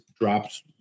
drops